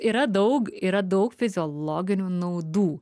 yra daug yra daug fiziologinių naudų